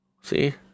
see